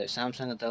Samsung